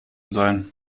sein